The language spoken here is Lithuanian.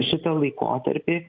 šitą laikotarpį